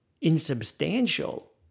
insubstantial